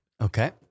Okay